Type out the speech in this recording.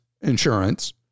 insurance